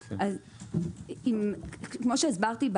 כפי שהסברתי,